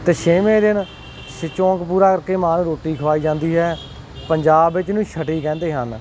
ਅਤੇ ਛੇਵੇਂ ਦਿਨ ਸਚੋਂਕ ਪੂਰਾ ਕਰਕੇ ਮਾਂ ਨੂੰ ਰੋਟੀ ਖਵਾਈ ਜਾਂਦੀ ਹੈ ਪੰਜਾਬ ਵਿੱਚ ਇਹਨੂੰ ਛਟੀ ਕਹਿੰਦੇ ਹਨ